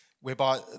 whereby